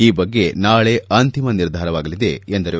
ಈ ಬಗ್ಗೆ ನಾಳೆ ಅಂತಿಮ ನಿರ್ಧಾರವಾಗಲಿದೆ ಎಂದರು